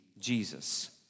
Jesus